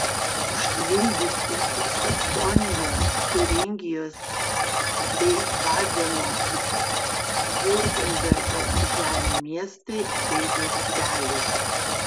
užtvindyti ir saksonijos tiuringijos bei badeno viurtembergo žemių miestai bei miesteliai